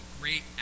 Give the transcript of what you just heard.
great